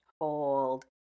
Hold